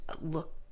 look